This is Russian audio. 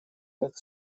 как